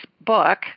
book